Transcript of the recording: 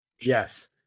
Yes